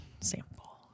sample